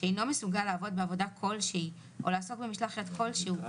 שאינו מסוגל לעבוד בעבודה כלשהי או לעסוק במשלח יד כלשהו,